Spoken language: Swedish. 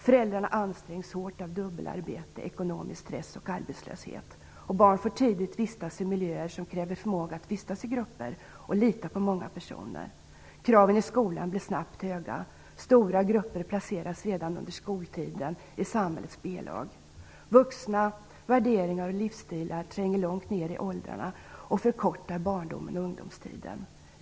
Föräldrarna ansträngs hårt av dubbelarbete, ekonomisk stress och arbetslöshet. Barn får tidigt vistas i miljöer som kräver förmåga att vistas i grupper och att lita på många personer. Kraven i skolan blir snabbt höga. Stora grupper placeras redan under skoltiden i samhällets B-lag. Vuxna värderingar och livsstilar tränger långt ned i åldrarna och förkortar barndomen och ungdomstiden.